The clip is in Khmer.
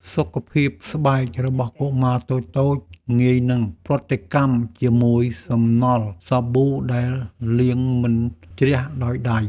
សុខភាពស្បែករបស់កុមារតូចៗងាយនឹងប្រតិកម្មជាមួយសំណល់សាប៊ូដែលលាងមិនជ្រះដោយដៃ។